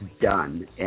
done